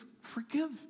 forgive